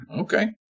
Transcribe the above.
Okay